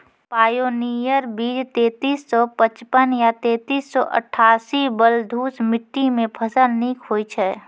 Pioneer बीज तेंतीस सौ पचपन या तेंतीस सौ अट्ठासी बलधुस मिट्टी मे फसल निक होई छै?